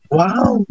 wow